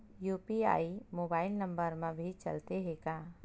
UPI mobile number मा भी चलते हे का?